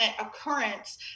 occurrence